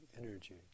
energy